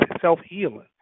self-healing